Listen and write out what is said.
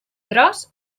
gros